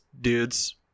dudes